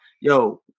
Yo